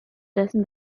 dessen